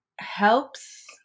helps